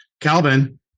Calvin